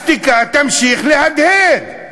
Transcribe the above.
השתיקה תמשיך להדהד.